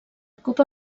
copa